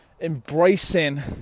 embracing